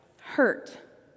hurt